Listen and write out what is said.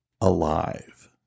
alive